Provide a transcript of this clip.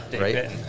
right